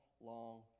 long